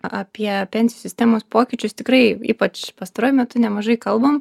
apie pensijų sistemos pokyčius tikrai ypač pastaruoju metu nemažai kalbam